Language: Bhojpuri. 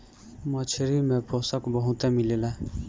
मछरी में पोषक बहुते मिलेला